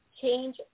change